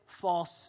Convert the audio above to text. false